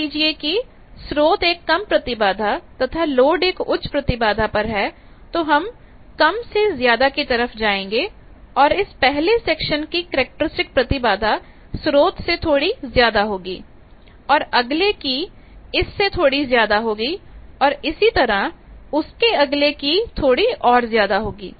मान लीजिए कि स्रोत एक कम प्रतिबाधा तथा लोड एक उच्च प्रतिबाधा पर है तो हम कम से ज्यादा की तरफ जाएंगे और इस पहले सेक्शन की कैरेक्टरिस्टिक प्रतिबाधा स्रोत से थोड़ी ज्यादा होगी और अगले कि इससे थोड़ी ज्यादा होगी और इसी तरह उसके अगले की थोड़ी और ज्यादा होगी